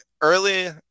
early